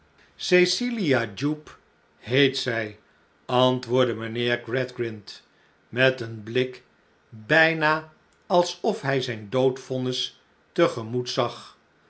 cecilia jupe heet zij antwoordde mijnheer gradgrind met een blik bijna alsof hij zijn doodvonnis te gemoet zag